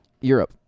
Europe